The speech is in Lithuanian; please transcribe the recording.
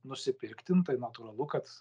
nusipirkti tai natūralu kad